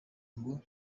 ngo